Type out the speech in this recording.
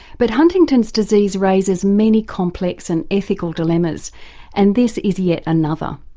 but huntington's disease raises many complex and ethical dilemmas and this is yet another.